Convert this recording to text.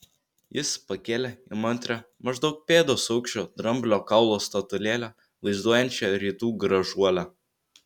jis pakėlė įmantrią maždaug pėdos aukščio dramblio kaulo statulėlę vaizduojančią rytų gražuolę